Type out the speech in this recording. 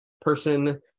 person